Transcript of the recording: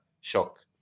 shock